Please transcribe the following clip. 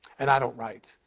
and i don't write.